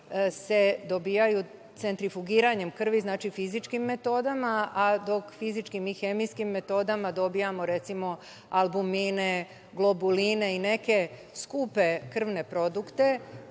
se dobijaju centrifugiranjem krvi, znači fizičkim metodama, a dok fizičkim i hemijskim metodama dobijamo, recimo, albumine, globuline i neke skupe krvne produkte,